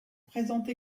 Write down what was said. présente